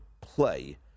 play